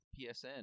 PSN